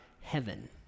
heaven